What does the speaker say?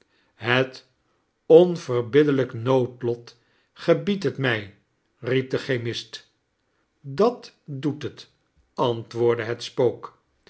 het onverbiddelijk noodlpt gebiedt het mij riep de chemist dat doet het antwoordde het spook